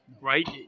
right